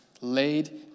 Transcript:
laid